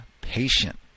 patient